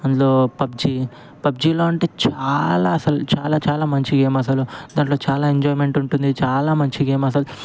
అందులో పబ్జీ పబ్జీలో అంటే చాలా అసలు చాలా చాలా మంచి గేమ్ అసలు దాంట్లో చాలా ఎంజాయ్మెంట్ ఉంటుంది చాలా మంచి గేమ్ అసలు